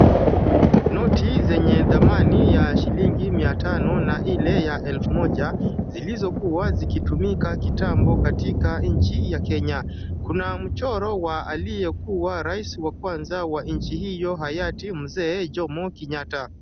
Noti zenye dhamani ya shilingi miatano na ile ya elfu moja zilizokuwa zikitumika kitambo katika nchi ya kenya. Kuna mchoro wa aliyekuwa raisi wa kwanza wa nchii hii hayati mzee Jomo Kenyatta.